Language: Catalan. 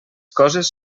coses